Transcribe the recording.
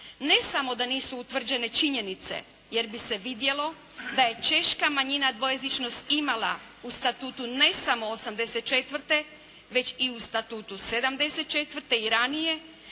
Ne samo da nisu utvrđene činjenice, jer bi se vidjelo da je češka manjina dvojezičnost imala u statutu ne samo 84. već i u statutu 74. i ranije